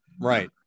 right